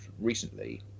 recently